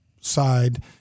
side